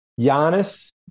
Giannis